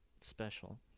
special